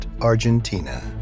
Argentina